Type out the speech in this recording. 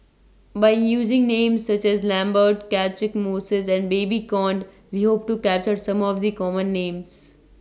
By using Names such as Lambert Catchick Moses and Babes Conde We Hope to capture Some of The Common Names